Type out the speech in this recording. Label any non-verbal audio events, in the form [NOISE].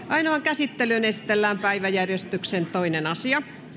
[UNINTELLIGIBLE] ainoaan käsittelyyn esitellään päiväjärjestyksen toinen asia